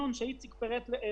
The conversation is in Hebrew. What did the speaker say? שם